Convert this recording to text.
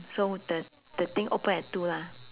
so the the thing open at two lah